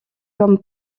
comme